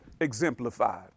exemplified